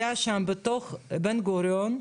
שיש בידיהם זה תעודת זהות פנימית אוקראינית.